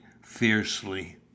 fiercely